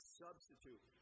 substitute